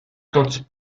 tots